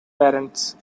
parents